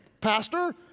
pastor